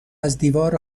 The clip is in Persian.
ازدیوار